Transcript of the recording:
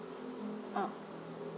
mm